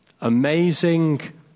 Amazing